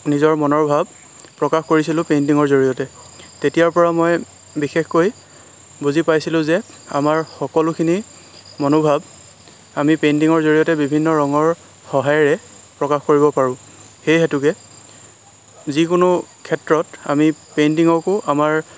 নিজৰ মনৰ ভাৱ প্ৰকাশ কৰিছিলোঁ পেইণ্টিঙৰ জৰিয়তে তেতিয়াৰ পৰা মই বিশেষকৈ বুজি পাইছিলোঁ যে আমাৰ সকলোখিনি মনোভাৱ আমি পেইণ্টিঙৰ জৰিয়তে বিভিন্ন ৰঙৰ সহায়েৰে প্ৰকাশ কৰিব পাৰোঁ সেইহেতুকে যিকোনো ক্ষেত্ৰত আমি পেইণ্টিঙকো আমাৰ